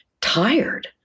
tired